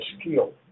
skill